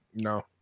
No